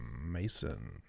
Mason